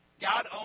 God